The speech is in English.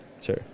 sure